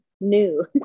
new